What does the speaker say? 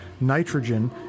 nitrogen